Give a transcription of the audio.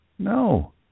No